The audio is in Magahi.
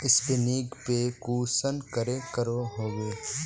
स्कैनिंग पे कुंसम करे करो होबे?